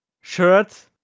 shirt